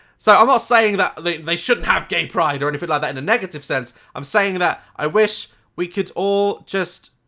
so i'm not saying that they they shouldn't have gay pride or anything like that in a negative sense, i'm saying that i wish we could all just,